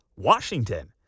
Washington